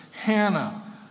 hannah